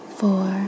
four